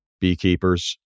Beekeepers